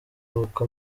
uko